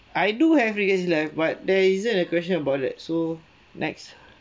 I do have a easy life but there isn't a question about that so next